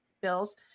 bills